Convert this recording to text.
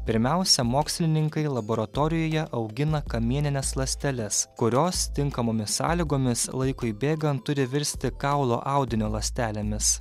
pirmiausia mokslininkai laboratorijoje augina kamienines ląsteles kurios tinkamomis sąlygomis laikui bėgant turi virsti kaulo audinio ląstelėmis